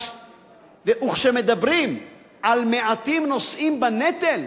וכשמדברים על מעטים שנושאים בנטל,